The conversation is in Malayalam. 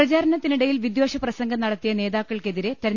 പ്രചാരണത്തിനീടയിൽ വിദ്വേഷപ്രസംഗം നടത്തിയ നേതാ ക്കൾക്കെതിരെ തെര